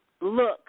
Look